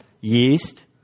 yeast